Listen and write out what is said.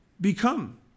become